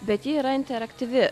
bet ji yra interaktyvi